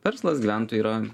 verslas gyventojai yra